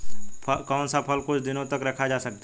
कौन सा फल कुछ दिनों तक रखा जा सकता है?